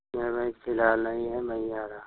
नहीं फिलहाल नहीं हैं मैँ ही आ रहा